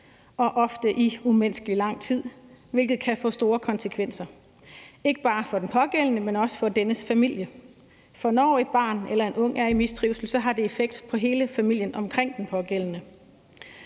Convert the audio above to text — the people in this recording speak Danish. og ofte i umenneskeligt lang tid, hvilket kan få store konsekvenser, ikke bare for den pågældende, men også for dennes familie. For når et barn eller en ung er i mistrivsel, har det en effekt på hele familien omkring den pågældende.